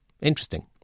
interesting